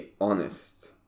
honest